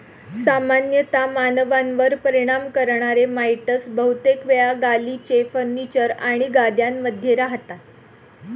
सामान्यतः मानवांवर परिणाम करणारे माइटस बहुतेक वेळा गालिचे, फर्निचर आणि गाद्यांमध्ये रहातात